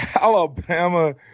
Alabama